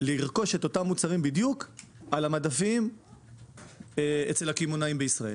לרכוש את אותם מוצרים בדיוק אצל הקמעונאים בישראל.